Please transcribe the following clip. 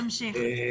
תמשיך.